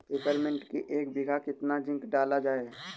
Peppermint की एक बीघा कितना जिंक डाला जाए?